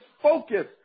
focus